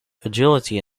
agility